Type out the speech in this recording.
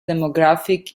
demographic